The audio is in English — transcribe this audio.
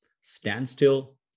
standstill